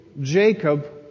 Jacob